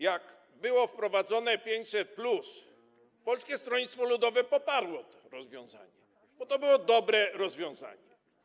Jak było wprowadzane 500+, Polskie Stronnictwie Ludowe poparło to rozwiązanie, bo to było dobre rozwiązanie.